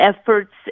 efforts